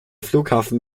flughafen